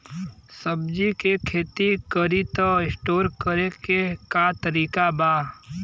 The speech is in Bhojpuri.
सब्जी के खेती करी त स्टोर करे के का तरीका बा?